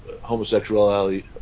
Homosexuality